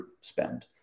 spend